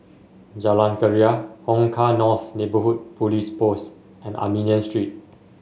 Jalan Keria Hong Kah North Neighbourhood Police Post and Armenian Street